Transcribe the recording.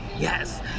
Yes